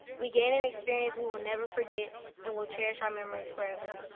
we gained an experience we will never forget and will cherish our memories forever.